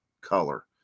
color